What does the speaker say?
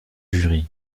jury